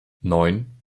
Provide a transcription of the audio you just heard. neun